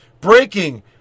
Breaking